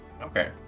Okay